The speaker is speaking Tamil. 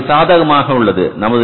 ஆனால் இது சாதகமாக உள்ளது